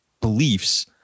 beliefs